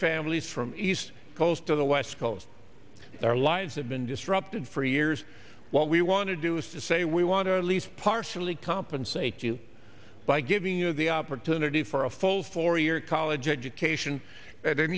families from east coast to the west coast their lives have been disrupted for years what we want to do is to say we want to at least partially compensate you by giving you the opportunity for a full four year college education a